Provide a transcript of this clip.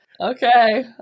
okay